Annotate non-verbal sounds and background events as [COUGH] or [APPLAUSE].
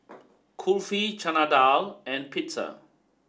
[NOISE] Kulfi Chana Dal and Pizza